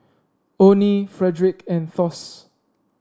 Onie Frederic and Thos